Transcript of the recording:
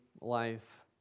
life